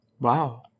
Wow